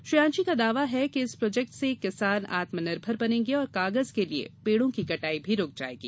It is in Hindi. श्रेयांशी का दावा है कि इस प्रोजेक्ट से किसान आत्मनिर्भर बनेंगे और कागज के लिए पेड़ों की कटाई भी रूक जायेगी